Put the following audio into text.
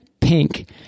Pink